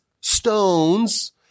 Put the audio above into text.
stones